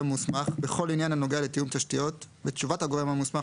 מוסמך בכל עניין הנוגע לתיאום תשתיות ותשובת הגורם המוסמך